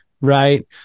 right